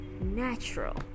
natural